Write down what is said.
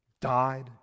died